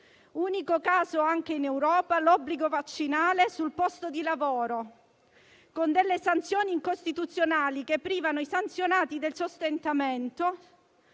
unico caso anche in Europa - l'obbligo vaccinale sul posto di lavoro, con sanzioni incostituzionali, che privano i sanzionati del sostentamento,